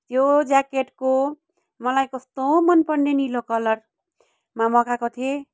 त्यो ज्याकेटको मलाई कस्तो मनपर्ने निलो कलरमा मगाएको थिएँ